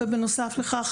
בנוסף לכך,